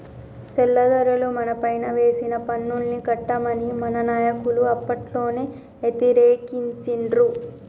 తెల్లదొరలు మనపైన వేసిన పన్నుల్ని కట్టమని మన నాయకులు అప్పట్లోనే యతిరేకించిండ్రు